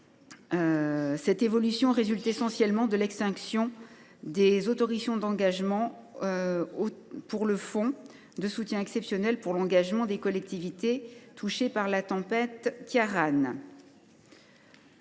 Cette évolution résulte essentiellement de l’extinction des autorisations d’engagement pour le fonds de soutien exceptionnel pour les collectivités touchées par la tempête Ciaran.